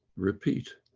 repeat,